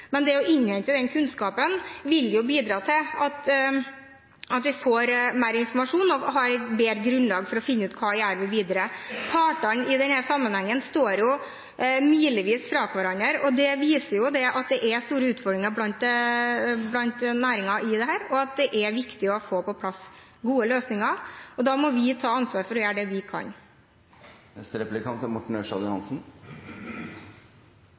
men det å innhente den kunnskapen vil jo bidra til at vi får mer informasjon og et bedre grunnlag for å finne ut hva vi gjør videre. Partene i denne sammenhengen står milevis fra hverandre, og det viser at det er store utfordringer i næringen rundt dette, og at det er viktig å få på plass gode løsninger. Da må vi ta ansvar for å gjøre det vi kan.